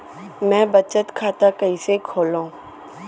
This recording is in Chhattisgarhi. मै बचत खाता कईसे खोलव?